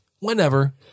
Whenever